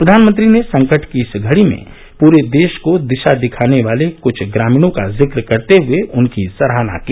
प्रधानमंत्री ने संकट की इस घड़ी में पूरे देश को दिशा दिखाने वाले क्छ ग्रामीणों का जिक्र करते हए उनकी सराहना की